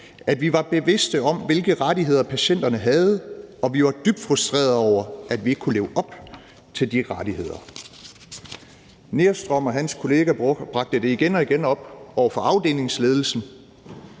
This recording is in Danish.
»Vi var bevidste om, hvilke rettigheder patienterne havde, og vi var dybt frustrerede over, at vi ikke kunne leve op til de rettigheder.« Nerstrøm og hans kollega bragte det igen og igen op over for afdelingsledelsen,